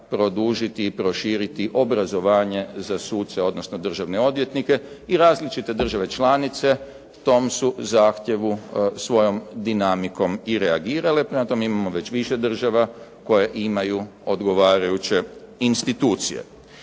proširiti i produžiti obrazovanje za suce odnosno državne odvjetnike i različite države članice tom su zahtjevu svojom dinamikom i reagirale, prema tome, mi imamo već više država koje imaju odgovarajuće institucije.